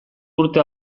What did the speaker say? urte